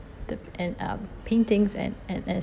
the and um paintings and and